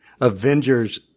Avengers